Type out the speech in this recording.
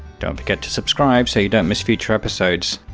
don't forget to subscribe, so you don't miss future episodes.